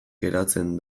geratzen